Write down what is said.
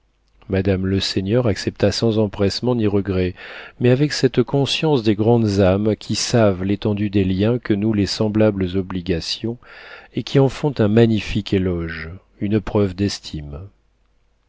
madame leseigneur accepta sans empressement ni regret mais avec cette conscience des grandes âmes qui savent l'étendue des liens que nouent de semblables obligations et qui en font un magnifique éloge une preuve d'estime